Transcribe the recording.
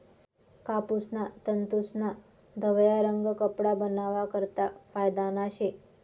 कापूसना तंतूस्ना धवया रंग कपडा बनावा करता फायदाना शे